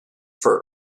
for